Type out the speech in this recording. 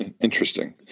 interesting